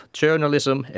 journalism